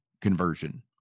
conversion